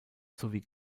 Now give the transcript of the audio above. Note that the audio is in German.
sowie